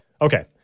Okay